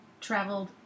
traveled